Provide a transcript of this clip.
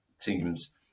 teams